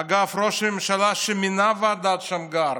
אגב, ראש הממשלה שמינה את ועדת שמגר